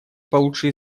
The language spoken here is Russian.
получше